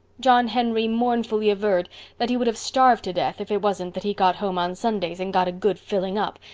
john henry mournfully averred that he would have starved to death if it wasn't that he got home on sundays and got a good filling up,